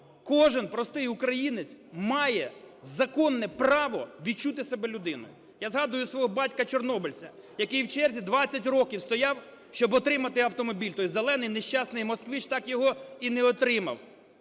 кожен простий українець має законне право відчути себе людиною. Я згадую свого батька-чорнобильця, який в черзі 20 років стояв, щоб отримати автомобіль, той зелений нещасний "Москвич", так його і не отримав.